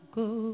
go